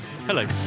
hello